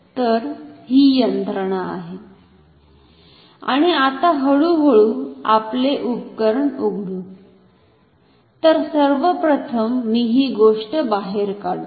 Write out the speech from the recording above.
तर ही यंत्रणा आहे आणि आता हळुहळू आपले उपकरण उघडू तर सर्वप्रथम मी ही गोष्ट बाहेर काढतो